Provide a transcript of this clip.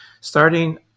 starting